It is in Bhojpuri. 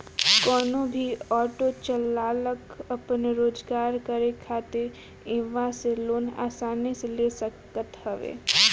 कवनो भी ऑटो चालाक आपन रोजगार करे खातिर इहवा से लोन आसानी से ले सकत हवे